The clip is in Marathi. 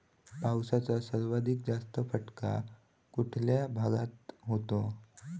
पावसाचा सर्वाधिक जास्त फटका कुठल्या भागात होतो?